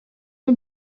eau